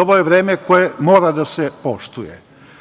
Ovo je vreme koje mora da se poštuje. Mene